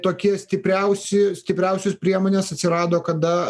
tokie stipriausi stipriausios priemonės atsirado kada